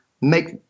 make